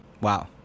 Wow